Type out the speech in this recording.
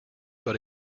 but